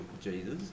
Jesus